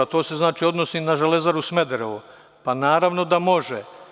To se znači odnosi na „Železaru Smederevo“, pa naravno da može.